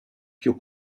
più